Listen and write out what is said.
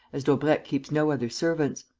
as daubrecq keeps no other servants.